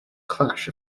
clash